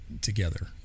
together